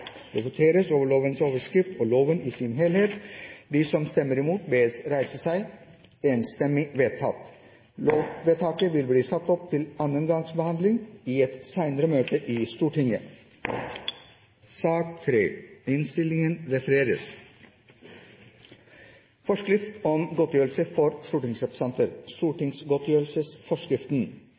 Det voteres over lovens overskrift og loven i sin helhet. Lovvedtaket vil bli satt opp til andre gangs behandling i et senere møte i Stortinget. Det voteres først over innstillingens § 4 femte ledd under II og III. Presidentskapets medlem Akhtar Chaudhry har varslet at SV ønsker å stemme imot innstillingen.